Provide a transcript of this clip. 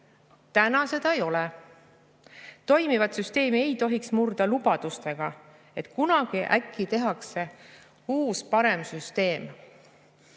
Täna seda ei ole. Toimivat süsteemi ei tohiks murda lubadustega, et kunagi äkki tehakse uus parem süsteem.